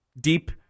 deep